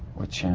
which.